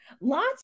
Lots